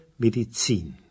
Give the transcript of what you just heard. Medizin